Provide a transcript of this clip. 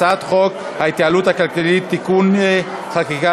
הצעת החוק ההתייעלות הכלכלית (תיקוני חקיקה